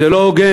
זה לא הוגן,